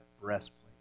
breastplate